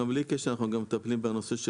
גם בלי קשר אנחנו מטפלים בנושא של